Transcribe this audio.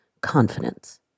confidence